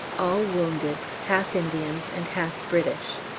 all wounded, half indians and half british.